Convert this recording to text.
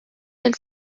del